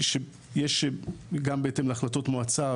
שיש גם בהתאם להחלטות מועצה,